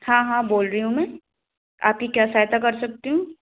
हाँ हाँ बोल रही हूँ मैं आपकी क्या सहायता कर सकती हूँ